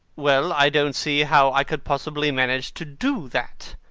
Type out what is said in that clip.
well, i don't see how i could possibly manage to do that.